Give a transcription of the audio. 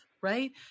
right